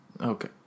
Okay